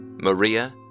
Maria